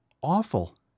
awful